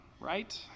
right